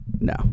No